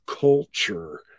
culture